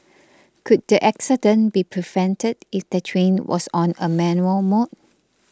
could the accident be prevented if the train was on a manual mode